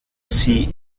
sie